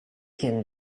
can